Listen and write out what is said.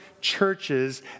churches